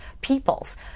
peoples